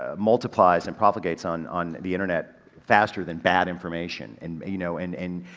ah multiplies and profligates on, on the internet faster than bad information and you know and and,